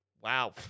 Wow